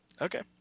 Okay